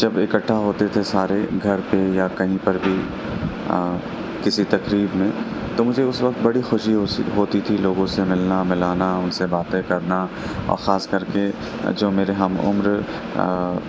جب اکٹھا ہوتے تھے سارے گھر پہ یا کہیں پر بھی کسی تقریب میں تو مجھے اس وقت بڑی خوشی ہوتی تھی لوگوں سے ملنا ملانا ان سے باتیں کرنا اور خاص کر کے جو میرے ہم عمر